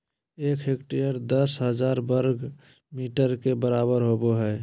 एक हेक्टेयर दस हजार वर्ग मीटर के बराबर होबो हइ